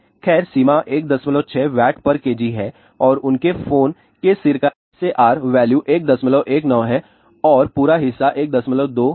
खैर सीमा 16 WKg है और उनके फोन के सिर का SAR वैल्यू 119 है और पूरा हिस्सा 12 है